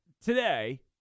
today